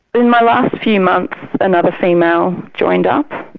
in my last few months another female joined up,